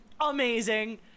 amazing